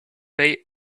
pay